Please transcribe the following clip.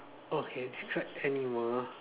okay describe animal